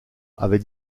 avait